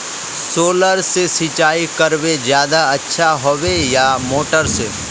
Solar से सिंचाई करले ज्यादा अच्छा होचे या मोटर से?